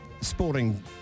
sporting